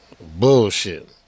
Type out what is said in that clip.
Bullshit